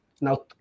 Now